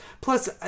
plus